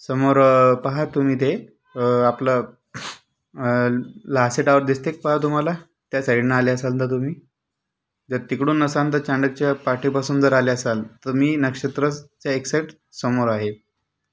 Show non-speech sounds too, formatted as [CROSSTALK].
समोर पाहा तुम्ही ते आपलं लास्टे [UNINTELLIGIBLE] दिसते का तुम्हाला त्या सिडने आल्या असेल तुम्ही तर तिकडून नसाल तर चाण्डकच्या पाठेपासून जर आले असाल तर मी नक्षत्राच्या एक्सजॅक्त समोर आहे